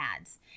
ads